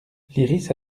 lyrisse